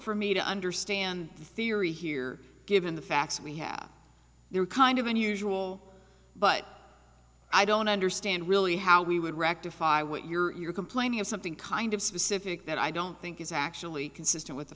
for me to understand the theory here given the facts we have they're kind of unusual but i don't understand really how we would rectify what you're complaining of something kind of specific that i don't think is actually consistent with the